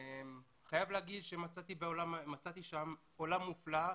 אני חייב להגיד שמצאתי שם עולם מופלא,